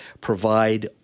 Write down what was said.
provide